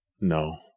No